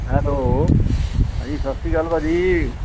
hello ਹਾਂਜੀ ਸਸ਼੍ਰੀ ਅਕਾਲ ਭਾਅ ਜੀ